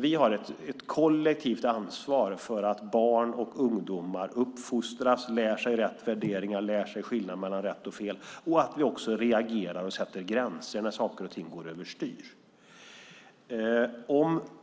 Vi har ett kollektivt ansvar för att barn och ungdomar uppfostras, lär sig rätt värderingar och lär sig skillnaden mellan rätt och fel. Det handlar också om att vi reagerar och sätter gränser när saker och ting går över styr.